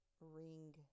Ring